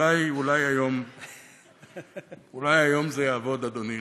אולי היום זה יעבוד, אדוני.